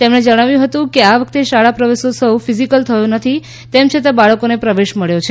તેમણે જણાવ્યું હતું કે આ વખેત શાળા પ્રવેશોત્સવ ફિઝિકલ થયો નથી તેમ છતા બાળકોને પ્રવેશ મળ્યો છે